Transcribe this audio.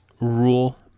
rule